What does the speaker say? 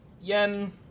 Yen